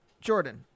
Jordan